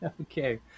Okay